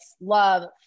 love